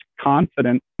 confident